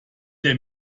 der